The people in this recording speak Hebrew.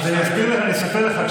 אני אספר לך,